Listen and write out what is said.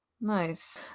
Nice